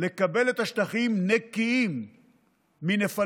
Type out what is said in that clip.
לקבל את השטחים נקיים מנפלים,